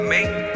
Make